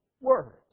words